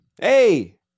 hey